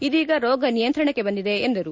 ಇದೀಗ ರೋಗ ನಿಯಂತ್ರಣಕ್ಕೆ ಬಂದಿದೆ ಎಂದರು